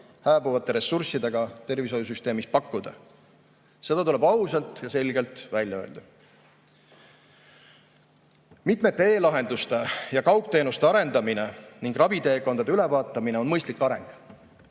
hääbuvate ressurssidega tervishoiusüsteemis pakkuda. Seda tuleb ausalt ja selgelt välja öelda. Mitmete e-lahenduste ja kaugteenuste arendamine ning raviteekondade ülevaatamine on mõistlik areng,